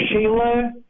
Sheila